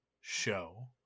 show